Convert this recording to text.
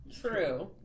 True